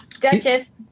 Duchess